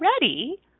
ready